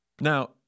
Now